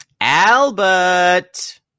albert